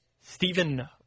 Stephen